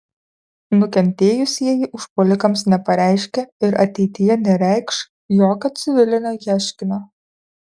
nukentėjusieji užpuolikams nepareiškė ir ateityje nereikš jokio civilinio ieškinio